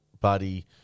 Buddy